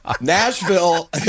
Nashville